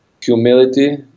humility